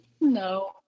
no